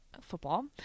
football